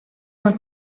d’un